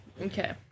okay